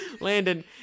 Landon